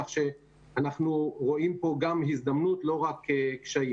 כך שאנחנו רואים פה גם הזדמנות, לא רק קשיים.